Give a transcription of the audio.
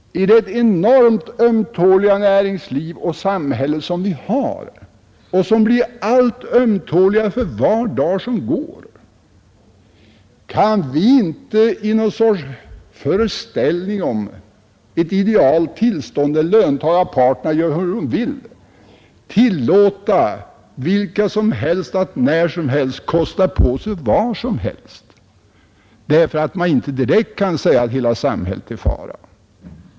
I det enormt ömtåliga näringsliv och samhälle som vi har och som blir allt ömtåligare för var dag som går kan vi inte i någon sorts falsk föreställning om ett idealt tillstånd, på lönemarknaden tillåta vilken som helst att när som helst kosta på sig vad som helst, därför att man inte direkt kan säga att hela samhället är i fara.